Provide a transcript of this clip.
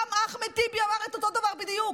גם אחמד טיבי אמר את אותו דבר בדיוק.